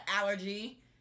allergy